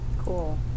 Cool